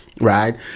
right